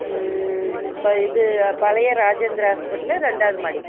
இப்போ இது பழைய ராஜேந்திரா ஹாஸ்பிட்டலு ரெண்டாவது மாடி